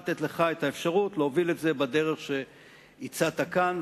לתת לך את האפשרות להוביל את זה בדרך שהצעת כאן,